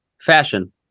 fashion